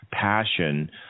passion